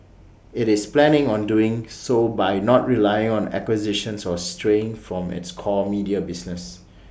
IT is planning on doing so by not relying on acquisitions or straying from its core media business